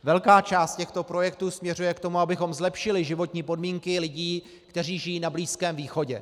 Velká část těchto projektů směřuje k tomu, abychom zlepšili životní podmínky lidí, kteří žijí na Blízkém východě.